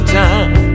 time